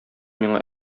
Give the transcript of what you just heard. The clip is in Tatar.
миңа